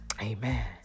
Amen